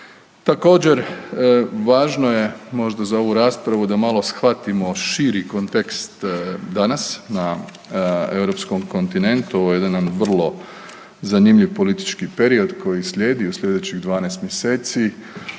Također važno je možda za ovu raspravu da malo shvatimo širi kontekst danas na Europskom kontinentu, ovo je jedan vrlo zanimljiv politički period koji slijedi u sljedećih 12 mjeseci,